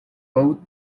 both